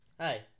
Hi